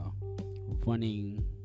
running